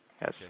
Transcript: yes